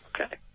Okay